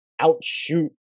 outshoot